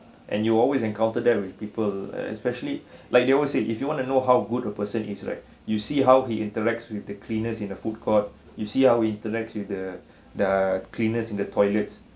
and you always encounter them with people especially like they always said if you want to know how good a person interact you see how he interacts with the cleaners in the food court you see how he interacts with the the cleaners in the toilet